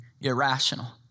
irrational